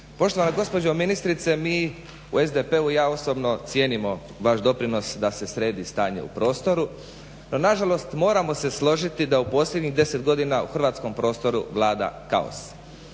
Poštovana gospođo ministrice mi u SDP-u, ja osobno cijenimo vaš doprinos da se sredi stanje u prostoru no na žalost moramo se složiti da u posljednjih 10 godina u hrvatskom prostoru vlada kaos.